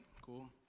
Cool